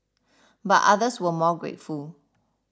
but others were more grateful